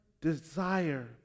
desire